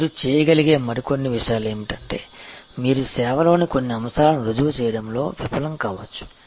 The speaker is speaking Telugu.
మీరు చేయగలిగే మరికొన్ని విషయాలు ఏమిటంటే మీరు సేవలోని కొన్ని అంశాలను రుజువు చేయడంలో విఫలం కావచ్చు